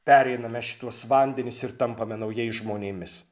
pereiname šituos vandenis ir tampame naujais žmonėmis